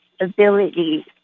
ability